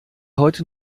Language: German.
heute